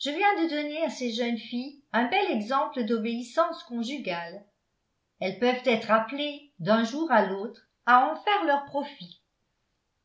je viens de donner à ces jeunes filles un bel exemple d'obéissance conjugale elles peuvent être appelées d'un jour à l'autre à en faire leur profit